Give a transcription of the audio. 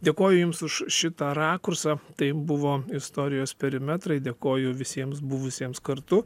dėkoju jums už šitą rakursą tai buvo istorijos perimetrai dėkoju visiems buvusiems kartu